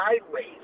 sideways